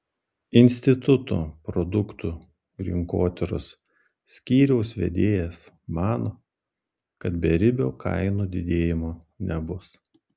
instituto produktų rinkotyros skyriaus vedėjas mano kad beribio kainų didėjimo nebus